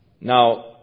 Now